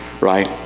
right